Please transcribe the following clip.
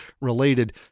related